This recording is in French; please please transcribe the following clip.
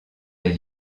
des